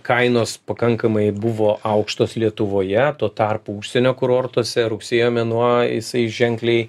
kainos pakankamai buvo aukštos lietuvoje tuo tarpu užsienio kurortuose rugsėjo mėnuo jisai ženkliai